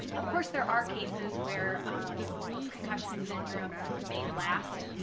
of course, there are cases where post concussion syndrome may last.